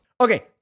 okay